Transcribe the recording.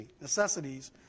necessities